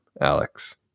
Alex